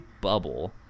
bubble